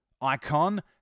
Icon